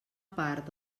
part